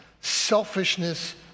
selfishness